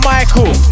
Michael